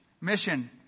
mission